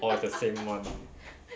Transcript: orh is the same [one] ah